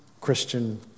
Christian